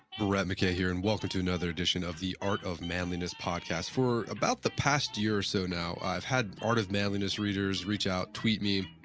brett mckay here and welcome to another addition of the art of manliness podcast for about the past year or so now, i've had art of manliness readers reach out, tweet me,